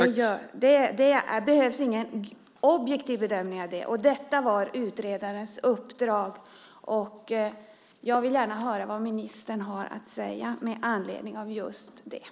Det behövs en objektiv bedömning. Det var utredarens uppdrag. Jag vill gärna höra vad ministern har att säga med anledning av just detta.